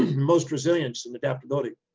most resilience and adaptability.